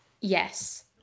Yes